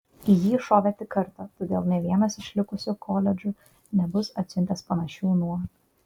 į jį šovė tik kartą todėl nė vienas iš likusių koledžų nebus atsiuntęs panašių nuo